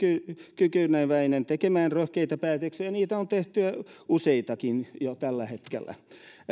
kykeneväinen tekemään rohkeita päätöksiä ja niitä on tehty useitakin jo tällä hetkellä